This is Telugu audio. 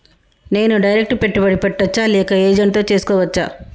నేను డైరెక్ట్ పెట్టుబడి పెట్టచ్చా లేక ఏజెంట్ తో చేస్కోవచ్చా?